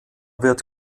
wird